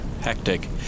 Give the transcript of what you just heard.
hectic